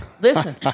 listen